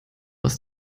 aus